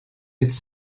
its